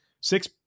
six